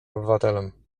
obywatelem